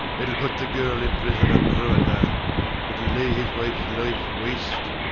itll put the girl in prison and ruin her itll lay his wife's life waste.